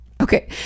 okay